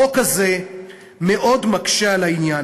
החוק הזה מאוד מקשה על העניין.